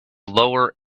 lower